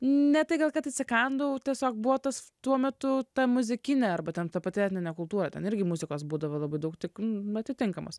ne tai gal kad atsikandau tiesiog buvo tas tuo metu ta muzikinė arba ten ta pati etninė kultūra ten irgi muzikos būdavo labai daug tikatitinkamos